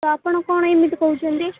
ତ ଆପଣ କ'ଣ ଏମିତି କହୁଛନ୍ତି